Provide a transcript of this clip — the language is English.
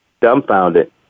dumbfounded